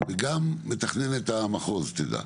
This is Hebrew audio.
וגם מתכננת המחוז תדע,